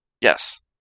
Yes